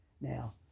Now